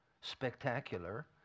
spectacular